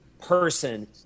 person